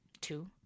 two